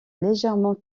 légèrement